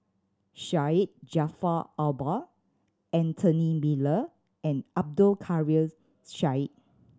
Syed Jaafar Albar Anthony Miller and Abdul Kadir Syed